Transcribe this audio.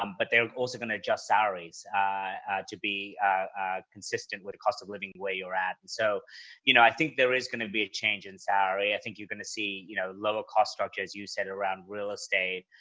um but they're also going to adjust salaries to be consistent with the cost of living where you're at. and so you know i think there is going to be a change in salary. i think you're going to see you know lower cost structure, as you said, around real estate.